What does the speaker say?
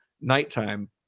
nighttime